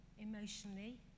emotionally